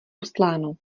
ustláno